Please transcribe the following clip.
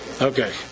Okay